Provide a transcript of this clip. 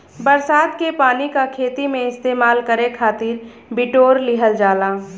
बरसात के पानी क खेती में इस्तेमाल करे खातिर बिटोर लिहल जाला